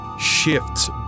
shifts